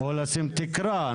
או, למשל, לשים תקרה.